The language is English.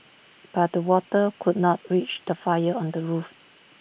but the water could not reach the fire on the roof